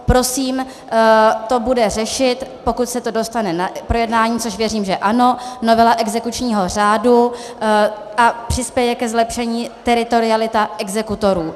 Prosím, to bude řešit, pokud se to dostane na projednání, což věřím, že ano, novela exekučního řádu a přispěje ke zlepšení teritorialita exekutorů.